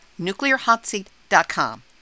nuclearhotseat.com